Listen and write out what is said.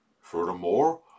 Furthermore